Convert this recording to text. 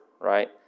right